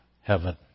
heaven